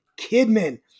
Kidman